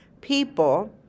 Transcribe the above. People